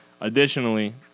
Additionally